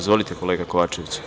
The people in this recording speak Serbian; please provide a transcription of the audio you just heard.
Izvolite, kolega Kovačeviću.